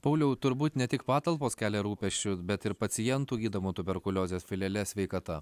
pauliau turbūt ne tik patalpos kelia rūpesčių bet ir pacientų gydomų tuberkuliozės filiale sveikata